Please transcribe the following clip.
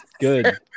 good